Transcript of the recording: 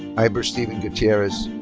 heiber steven gutierrez.